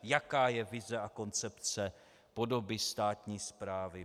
Jaká je vize a koncepce podoby státní správy?